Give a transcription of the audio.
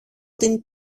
την